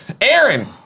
Aaron